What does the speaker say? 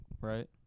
right